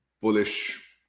bullish